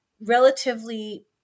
relatively